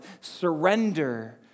Surrender